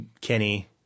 Kenny